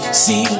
see